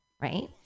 right